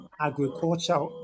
agriculture